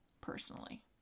personally